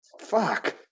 Fuck